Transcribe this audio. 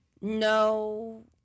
no